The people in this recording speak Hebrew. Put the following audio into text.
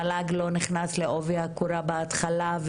המל"ג לא נכנס לעובי הקורה בהתחלה,